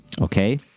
Okay